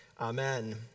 amen